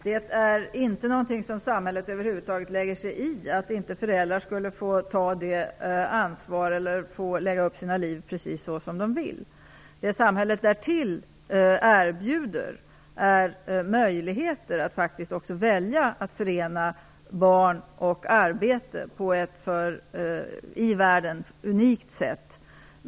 Herr talman! Samhället lägger sig över huvud taget inte i att föräldrar inte skulle få ta sitt ansvar eller lägga upp sina liv precis så som de vill. Samhället erbjuder möjligheter att förena barn och arbete på ett i världen unikt sätt.